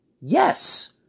Yes